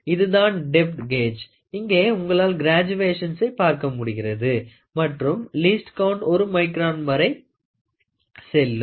இதுதான் depth gauge இங்கே உங்களால் கிராஜுவேஷன்சை பார்க்க முடிகிறது மற்றும் லீஸ்ட்கவுண்ட் 1 micron வரை செல்லும்